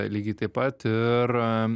lygiai taip pat ir